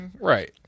Right